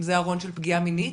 אם זה ארון של פגיעה מינית,